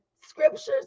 scriptures